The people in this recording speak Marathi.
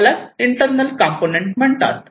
यालाच इंटरनल कंपोनेंट म्हणतात